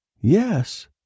Yes